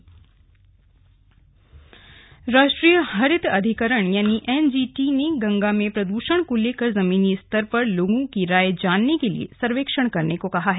NGT राष्ट्रीय हरित अधिकरण यानि एनजीटी ने गंगा में प्रद्षण को लेकर जमीनी स्तर पर लोगों की राय जानने के लिए सर्वेक्षण करने को कहा है